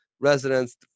residents